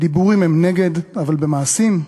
בדיבורים הם נגד, אבל במעשים,